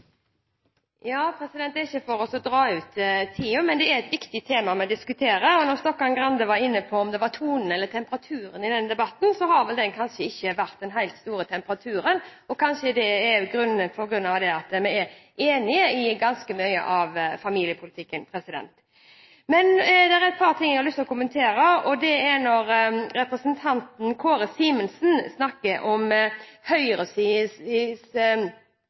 det var tonen eller temperaturen i denne debatten. Det har vel kanskje ikke vært den helt store temperaturen her, og kanskje det er på grunn av at vi er enige om ganske mye av familiepolitikken. Men det er et par ting jeg har lyst til å kommentere. Når representanten Kåre Simensen snakker om